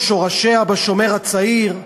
ששורשיה ב"שומר הצעיר",